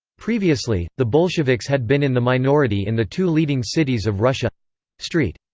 previously, the bolsheviks had been in the minority in the two leading cities of russia st.